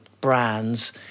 brands